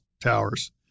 towers